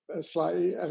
slightly